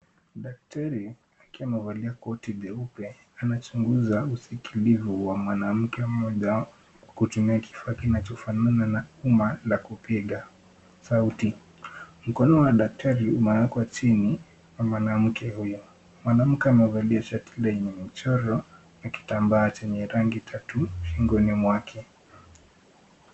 Daktari akiwa amevalia koti jeupe anachunguza usikilivu wa mwanamke moja kutumia kifaa kinachofanana na umma la kupiga sauti. Mkono wa daktari umeekwa chini ya mwanamke huyo. Mwanamke amevalia shati lenye mchoro na kitambaa chenye rangi tatu shingoni mwake.